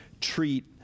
treat